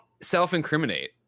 self-incriminate